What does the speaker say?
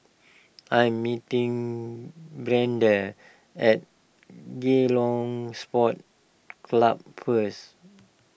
I'm meeting Brianda at Ceylon Sports Club first